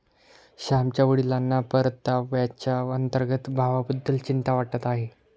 श्यामच्या वडिलांना परताव्याच्या अंतर्गत भावाबद्दल चिंता वाटत आहे